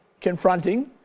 confronting